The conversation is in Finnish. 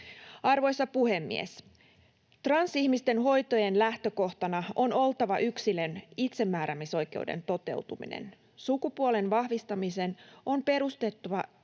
Arvoisa puhemies! Transihmisten hoitojen lähtökohtana on oltava yksilön itsemääräämisoikeuden toteutuminen. Sukupuolen vahvistamisen on perustuttava